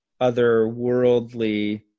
otherworldly